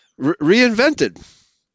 reinvented